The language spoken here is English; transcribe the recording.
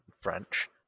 French